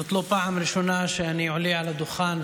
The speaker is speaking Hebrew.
זאת לא פעם ראשונה שאני עולה לדוכן,